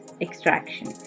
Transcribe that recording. extraction